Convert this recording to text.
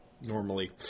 normally